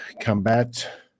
combat